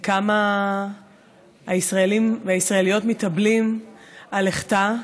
וכמה הישראלים והישראליות מתאבלים על לכתה.